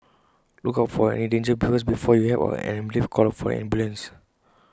look out for any danger first before you help out and immediately call for an ambulance